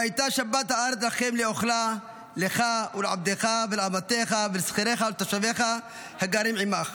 והיתה שבת הארץ לכם לאכלה לך ולעבדך ולאמתך ולשכירך ולתושבך הגרים עמך.